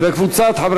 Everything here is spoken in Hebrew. הצעת חוק